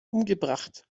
umgebracht